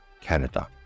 canada